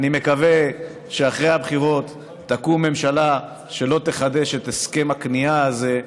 אני מקווה שאחרי הבחירות תקום ממשלה שלא תחדש את הסכם הכניעה הזה,